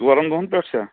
ژورن دۄہن پٮ۪ٹھ چھا